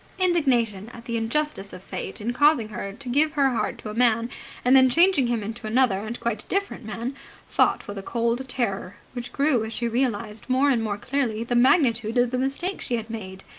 indignation at the injustice of fate in causing her to give her heart to a man and then changing him into another and quite different man fought with a cold terror, which grew as she realized more and more clearly the magnitude of the mistake she had made.